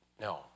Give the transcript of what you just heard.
No